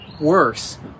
worse